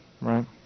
right